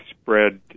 spread